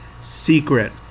secret